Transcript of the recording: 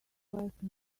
question